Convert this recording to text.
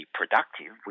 productive